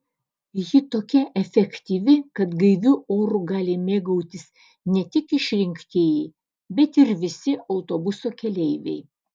ji tokia efektyvi kad gaiviu oru gali mėgautis ne tik išrinktieji bet ir visi autobuso keleiviai